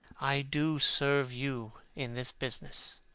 i do serve you in this business.